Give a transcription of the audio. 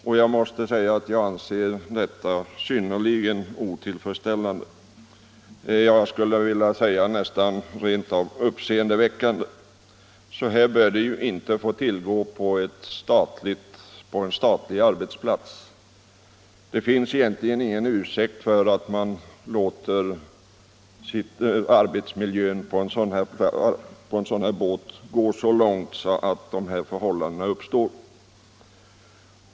Vi anser detta vara synnerligen otillfredsställande. Jag skulle nästan vilja säga att det rentav är uppseendeväckande — så här bör det inte få vara på en statlig arbetsplats. Det finns egentligen ingen ursäkt för att man låtit arbetsmiljön på den här båten försämras så långt att sådana här förhållanden uppstått.